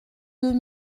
deux